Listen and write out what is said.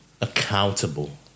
accountable